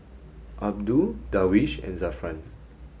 Abdul Darwish and Zafran